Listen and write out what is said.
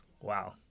Wow